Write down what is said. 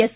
S